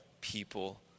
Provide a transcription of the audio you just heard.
people